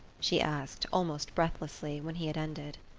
she asked, almost breathlessly, when he had ended.